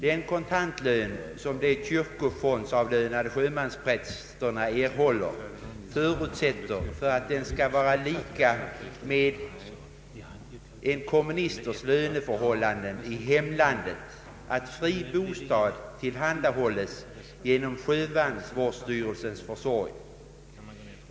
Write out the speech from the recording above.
Den kontantlön, som de kyrkofondsavlönade sjömansprästerna erhåller, förutsätter — för att vara lika med en komministers löneförhållanden i hemlandet — att fri bostad tillhandahålles genom sjömansvårdsstyrelsens försorg.